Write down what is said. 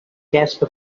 casper